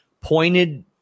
pointed